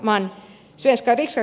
ärade talman